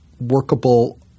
workable